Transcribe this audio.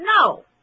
No